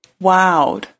Wow